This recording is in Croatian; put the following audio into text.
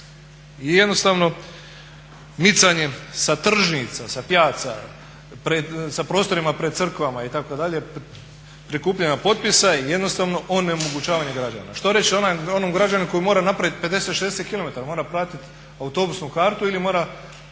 I jednostavno micanjem sa tržnica, sa pijaca, za prostorima pred crkvama itd., prikupljanje potpisa je jednostavno onemogućavanje građana. Što reći o onom građaninu koji mora napraviti 50, 60 km, mora platiti autobusnu kartu ili mora